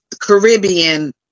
Caribbean